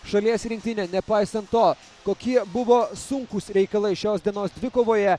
šalies rinktinė nepaisant to kokie buvo sunkūs reikalai šios dienos dvikovoje